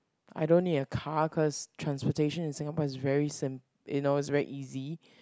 I don't need a car cause transportation in Singapore is very sim~ you know is very easy